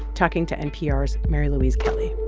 talking to npr's mary louise kelly